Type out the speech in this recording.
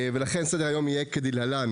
לכן סדר היום יהיה כדלהלן.